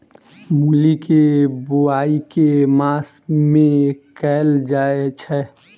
मूली केँ बोआई केँ मास मे कैल जाएँ छैय?